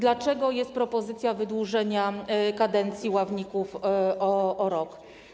Dlaczego pojawiła się propozycja wydłużenia kadencji ławników o rok?